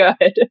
good